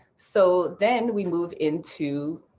so then we move into